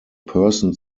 person